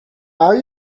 are